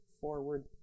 forward